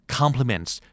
compliments